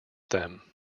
them